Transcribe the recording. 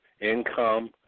income